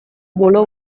bolo